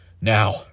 Now